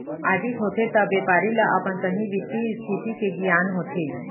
audit होथे त बेपारी ल अपन सहीं बित्तीय इस्थिति के गियान होथे